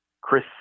Chris